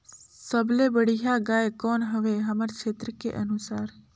सबले बढ़िया गाय कौन हवे हमर क्षेत्र के अनुसार?